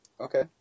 Okay